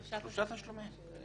שלושה תשלומים.